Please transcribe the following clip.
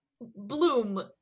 bloom